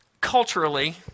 culturally